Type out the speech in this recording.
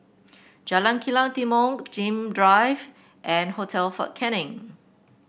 Jalan Kilang Timor Nim Drive and Hotel Fort Canning